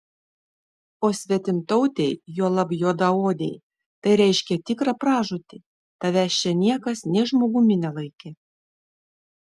o svetimtautei juolab juodaodei tai reiškė tikrą pražūtį tavęs čia niekas nė žmogumi nelaikė